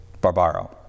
Barbaro